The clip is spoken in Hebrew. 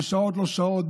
בשעות-לא-שעות,